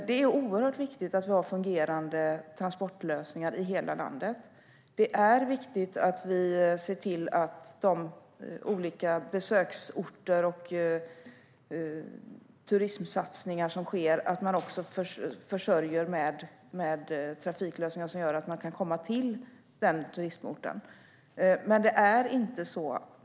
Det är oerhört viktigt att ha fungerande transportlösningar i hela landet. Det är viktigt att se till att olika besöksorter och turistsatsningar försörjs med trafiklösningar som gör att det går att komma till den turistorten.